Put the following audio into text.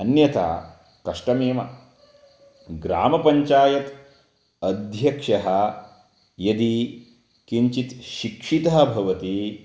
अन्यथा कष्टमेव ग्रामपञ्चायत् अध्यक्षः यदि किञ्चित् शिक्षितः भवति